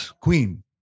Queen